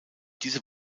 diese